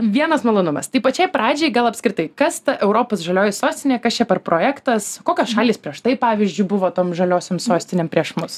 vienas malonumas tai pačiai pradžiai gal apskritai kas ta europos žalioji sostinė kas čia per projektas kokios šalys prieš tai pavyzdžiui buvo tom žaliosiom sostinėm prieš mus